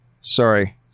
sorry